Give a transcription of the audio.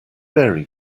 very